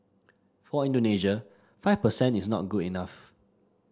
for Indonesia five per cent is not good enough